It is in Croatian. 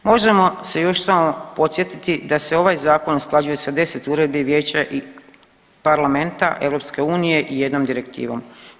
Možemo se još samo podsjetiti da se ovaj zakon usklađuje sa 10 uredbi Vijeća i Parlamenta EU i jednom direktivom.